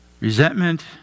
Resentment